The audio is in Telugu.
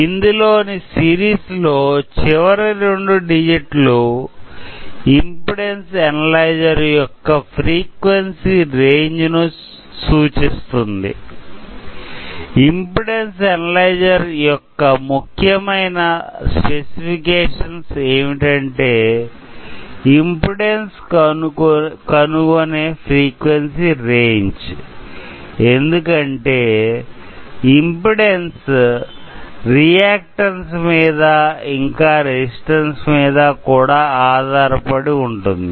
ఇందులో ని సిరీస్ లో చివరి రెండు డిజిట్లు ఇంపిడెన్సు అనలైజర్ యొక్క ఫ్రీక్వెన్సీ రేంజ్ ను సూచిస్తుంది ఇంపిడెన్స్ అనలైజర్ యొక్క ముఖ్యమైన స్పెసిఫికేషన్స్ ఏమిటంటే ఇంపిడెన్సు కనుగొనే ఫ్రీక్వెన్సీ రేంజ్ ఎందుకంటే ఇంపిడెన్స్ రియాక్టన్స్ మీద ఇంకా రెసిస్టన్స్ మీద కూడా ఆధారపడి ఉంటుంది